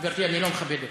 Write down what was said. גברתי, אני לא מכבד אותה.